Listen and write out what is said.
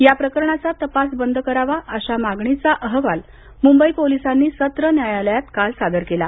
या प्रकरणाचा तपास बंद करावा अशा मागणीचा अहवाल मुंबई पोलिसांनी सत्र न्यायालयात काल सादर केला